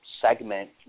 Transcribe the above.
segment